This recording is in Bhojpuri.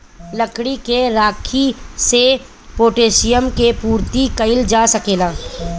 लकड़ी के राखी से पोटैशियम के पूर्ति कइल जा सकेला